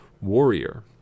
Warrior